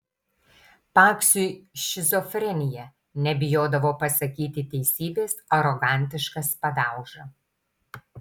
paksiui šizofrenija nebijodavo pasakyti teisybės arogantiškas padauža